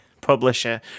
publisher